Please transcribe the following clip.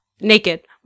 Naked